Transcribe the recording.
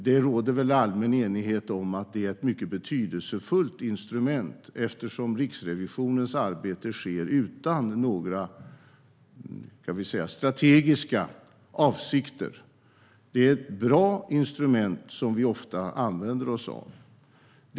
Det råder väl allmän enighet om att det är ett mycket betydelsefullt instrument eftersom Riksrevisionens arbete sker utan några så att säga strategiska avsikter. Det är ett bra instrument som vi ofta använder oss av.